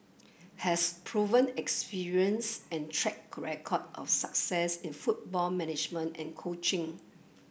has proven experience and track record of success in football management and coaching